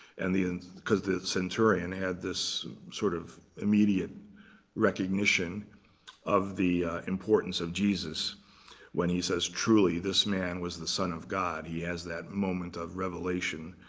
and and because the centurion had this sort of immediate recognition of the importance of jesus when he says, truly, this man was the son of god. he has that moment of revelation.